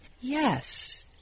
yes